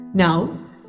Now